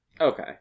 okay